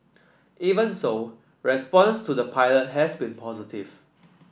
even so response to the pilot has been positive